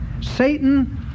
Satan